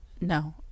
No